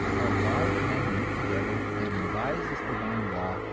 our wise men meet together, and revise this divine law,